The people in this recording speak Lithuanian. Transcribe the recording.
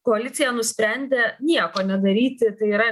koalicija nusprendė nieko nedaryti tai yra